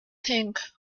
tinged